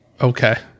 okay